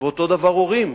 אותו דבר הורים.